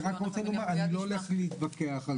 אני רק רוצה לומר: אני לא הולך להתווכח על זה,